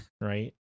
Right